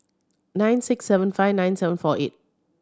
nine six seven five nine seven four eight